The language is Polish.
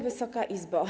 Wysoka Izbo!